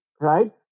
Right